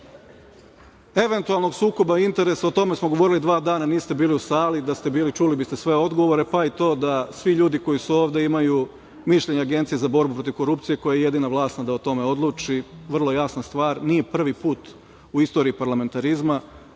eventualnog sukoba interesa, o tome smo govorili dva dana niste bili u sali, da ste bili, čuli biste sve odgovore, pa i to, da svi ljudi koji su ovde imaju mišljenje Agencije za borbu protiv korupcije, koja je jedina vlasna da o tome odluči i vrlo jasna stvar, nije prvi put u istoriji parlamentarizma,